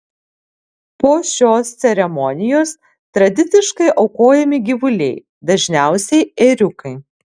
po šios ceremonijos tradiciškai aukojami gyvuliai dažniausiai ėriukai